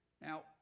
Now